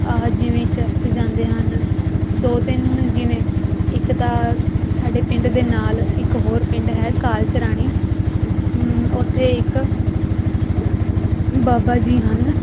ਆਹ ਜਿਵੇਂ ਚਰਚ ਜਾਂਦੇ ਹਨ ਦੋ ਤਿੰਨ ਜਿਵੇਂ ਇੱਕ ਤਾਂ ਸਾਡੇ ਪਿੰਡ ਦੇ ਨਾਲ ਇੱਕ ਹੋਰ ਪਿੰਡ ਹੈ ਕਾਲ ਚਰਾਣੀ ਉੱਥੇ ਇੱਕ ਬਾਬਾ ਜੀ ਹਨ